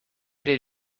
did